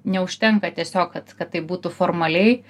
neužtenka tiesiog kad kad tai būtų formaliai